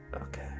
okay